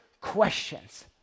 questions